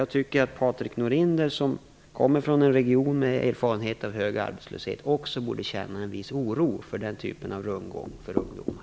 Jag tycker att Patrik Norinder, som kommer från en region där det finns erfarenhet av hög arbetslöshet, också borde känna en viss oro för den typen av rundgång för ungdomar.